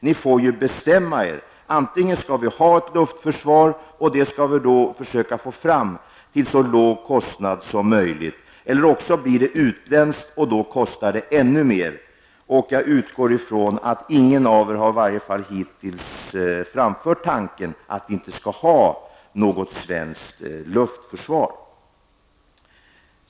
Ni får bestämma er: Antingen skall vi ha ett luftförsvar baserat på svenska flygplan, och då skall vi försöka få fram det till så låg kostnad som möjligt, eller ett luftförsvar baserat på utländsk tillverkning och då kostar det ännu mer. Ingen av er har i varje fall hittills framfört tanken att vi inte skall ha något svenskt luftförsvar.